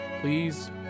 Please